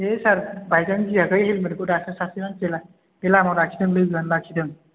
ए सार बायजानो गियाखै हेलमेटखौ दासो सासे मानसिया ला बे लामायाव लाखिदों लोगोयानो लाखिदों